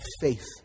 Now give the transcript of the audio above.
faith